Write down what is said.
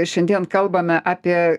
šiandien kalbame apie